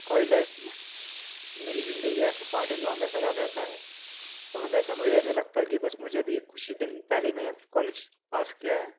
college life میری زندگی کا ایسا پارٹ ہے جو ہمیشہ یاد رہتا ہے اور ہمیشہ مجھے ایسا لگتا ہے کہ بس مجھے ابھی کچھ ہی دن پہلے میں کالج پاس کیا ہے